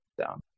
down